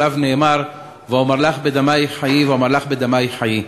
שעליו נאמר: "ואמר לך בדמיך חיי ואמר לך בדמיך חיי".